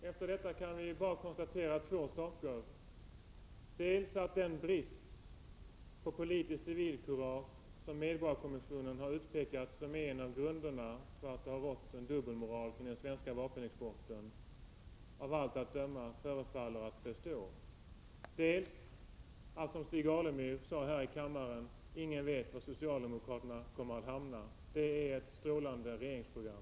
Prot. 1987/88:129 Herr talman! Efter detta kan vi bara konstatera två saker, nämligen dels att 30 maj 1988 den brist på politiskt civilkurage som medborgarkommissionen har utpekat som en av grunderna till att det har rått en dubbelmoral inom den svenska vapenexporten av allt att döma förefaller att bestå, dels att, som Stig Alemyr sade här i kammaren, ingen vet var socialdemokraterna kommer att hamna. Det är ett strålande regeringsprogram.